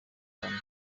hano